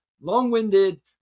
long-winded